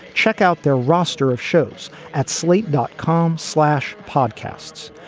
check out their roster of shows at slate dot com slash podcasts.